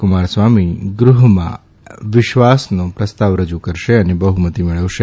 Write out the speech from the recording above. કુમારસ્વામી ગૃહમાં વિશ્વાસ પ્રસ્તાવ રજૂ કરશે અને બહમતી મેળવશે